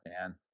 man